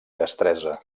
destresa